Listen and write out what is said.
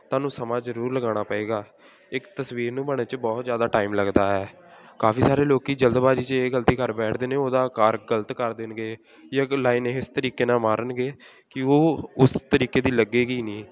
ਤੁਹਾਨੂੰ ਸਮਾਂ ਜ਼ਰੂਰ ਲਗਾਉਣਾ ਪਵੇਗਾ ਇੱਕ ਤਸਵੀਰ ਨੂੰ ਬਣਨ 'ਚ ਬਹੁਤ ਜ਼ਿਆਦਾ ਟਾਈਮ ਲੱਗਦਾ ਹੈ ਕਾਫੀ ਸਾਰੇ ਲੋਕ ਜਲਦਬਾਜ਼ੀ 'ਚ ਇਹ ਗਲਤੀ ਕਰ ਬੈਠਦੇ ਨੇ ਉਹਦਾ ਆਕਾਰ ਗਲਤ ਕਰ ਦੇਣਗੇ ਜਾਂ ਕੋਈ ਲਾਈਨ ਇਸ ਤਰੀਕੇ ਨਾਲ ਮਾਰਨਗੇ ਕਿ ਉਹ ਉਸ ਤਰੀਕੇ ਦੀ ਲੱਗੇਗੀ ਨਹੀਂ